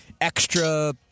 extra